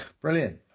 brilliant